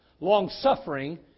long-suffering